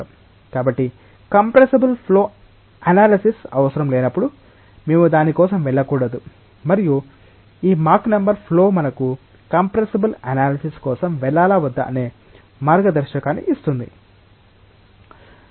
కాబట్టి compressible flow analysis అవసరం లేనప్పుడు మేము దాని కోసం వెళ్ళకూడదు మరియు ఈ మాక్ నెంబర్ ఫ్లో మనకు కంప్రెస్సబుల్ అనలసిస్ కోసం వెళ్ళాలా వద్దా అనే మార్గదర్శకాన్ని ఇస్తుంది